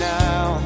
now